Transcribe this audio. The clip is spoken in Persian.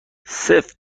سفت